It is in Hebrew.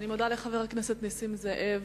אני מודה לחבר הכנסת נסים זאב,